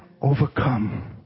overcome